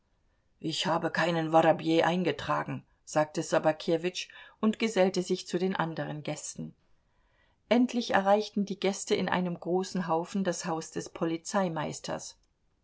ich habe keinen worobej eingetragen sagte ssobakewitsch und gesellte sich zu den anderen gästen endlich erreichten die gäste in einem großen haufen das haus des polizeimeisters